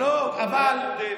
אדוני היושב-ראש, לא אכפת לו.